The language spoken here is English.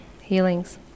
healings